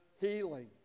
healing